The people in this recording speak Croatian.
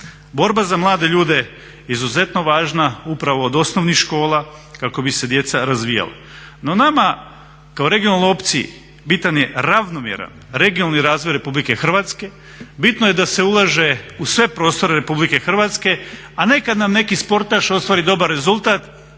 Borba za mlade ljude je izuzetno važna upravo od osnovnih škola kako bi se djeca razvijala. No, nama kao …/Govornik se ne razumije./… bitan je ravnomjeran regionalni razvoj Republike Hrvatske, bitno je da se ulaže u sve prostore Republike Hrvatske, a ne kad nam neki sportaš ostvari dobar rezultat